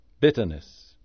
Bitterness